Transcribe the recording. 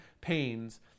pains